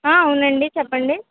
అవునండి చెప్పండి